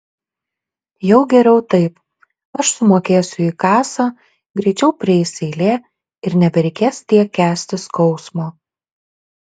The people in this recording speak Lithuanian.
jau geriau taip aš sumokėsiu į kasą greičiau prieis eilė ir nebereikės tiek kęsti skausmo